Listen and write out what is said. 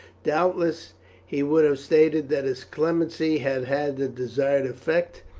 doubtless he would have stated that his clemency had had the desired effect,